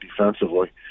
defensively